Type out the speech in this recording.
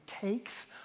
takes